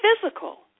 physical